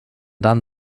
dann